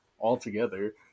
altogether